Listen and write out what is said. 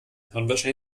hirnwäsche